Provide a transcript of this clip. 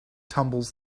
tumbles